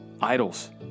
idols